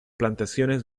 plantaciones